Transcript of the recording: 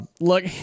Look